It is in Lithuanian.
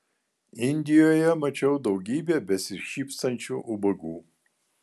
indijoje mačiau daugybę besišypsančių ubagų